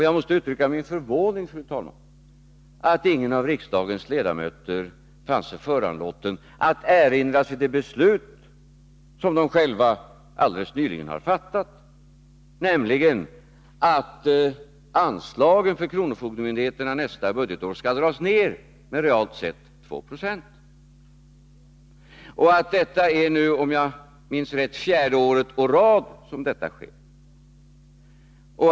Jag måste uttrycka min förvåning, fru talman, att ingen av riksdagens ledamöter fann sig föranlåten att erinra sig det beslut som de själva alldeles nyligen har fattat, nämligen att anslagen till kronofogdemyndigheterna nästa budgetår skall dras ner med realt sett 2 26. Om jag minns rätt är det nu fjärde året i rad som detta sker.